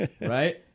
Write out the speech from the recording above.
right